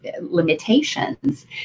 limitations